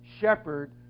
shepherd